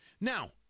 Now